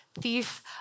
thief